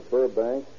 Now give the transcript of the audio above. Burbank